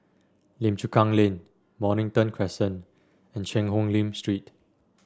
Lim Chu Kang Lane Mornington Crescent and Cheang Hong Lim Street